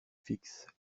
fixes